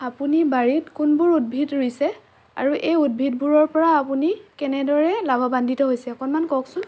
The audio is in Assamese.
আপুনি বাৰীত কোনবোৰ উদ্ভিদ ৰুইছে আৰু এই উদ্ভিদবোৰৰ পৰা আপুনি কেনেদৰে লাভৱান্বিত হৈছে অকণমান কওকচোন